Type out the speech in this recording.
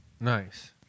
Nice